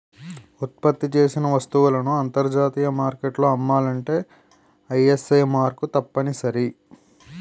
ఉత్పత్తి చేసిన వస్తువులను అంతర్జాతీయ మార్కెట్లో అమ్మాలంటే ఐఎస్ఐ మార్కు తప్పనిసరి